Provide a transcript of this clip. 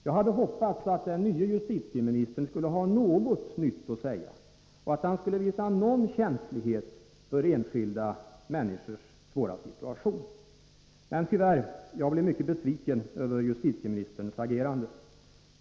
Jag hade hoppats att den nye justitieministern skulle ha åtminstone något nytt att säga och att han skulle visa åtminstone någon känslighet för enskilda människors svåra situation. Men jag blir tyvärr mycket besviken över justitieministerns agerande.